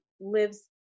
lives